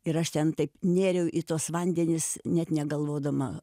ir aš ten taip nėriau į tuos vandenis net negalvodama